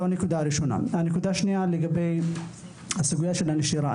בנוסף, לגבי סוגיית הנשירה.